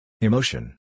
Emotion